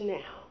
now